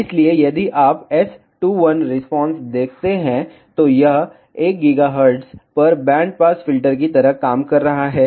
इसलिए यदि आप S21 रिस्पांस देखते हैं तो यह 1 GHz पर बैंड पास फिल्टर की तरह काम कर रहा है